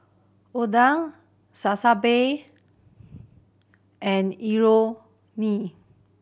Oden and Imoni